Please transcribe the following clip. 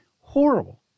horrible